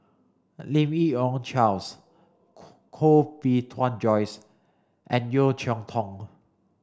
Lim Yi Yong Charles Koh Bee Tuan Joyce and Yeo Cheow Tong